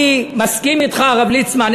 אני מסכים אתך, הרב ליצמן.